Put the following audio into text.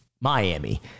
Miami